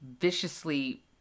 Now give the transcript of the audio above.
viciously